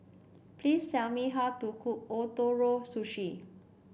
please tell me how to cook Ootoro Sushi